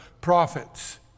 prophets